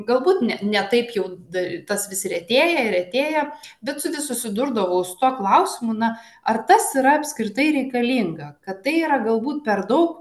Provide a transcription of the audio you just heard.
galbūt ne ne taip jau dar tas vis retėja retėja bet su kai nesusidurdavau su tuo klausimu na ar tas yra apskritai reikalinga kad tai yra galbūt per daug